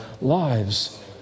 lives